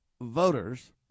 voters